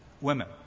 women